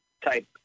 type